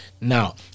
Now